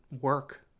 work